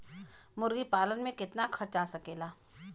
मुर्गी पालन में कितना खर्च आ सकेला?